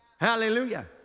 hallelujah